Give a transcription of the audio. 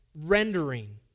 rendering